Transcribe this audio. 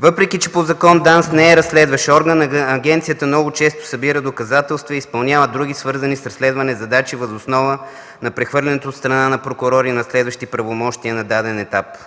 „Въпреки че по закон ДАНС не е разследващ орган, агенцията много често събира доказателства и изпълнява други, свързани с разследване задачи, въз основа на прехвърлянето от страна на прокурори на разследващи правомощия на даден етап.